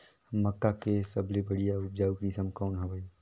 मक्का के सबले बढ़िया उपजाऊ किसम कौन हवय?